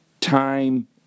time